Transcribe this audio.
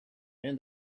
and